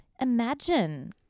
imagine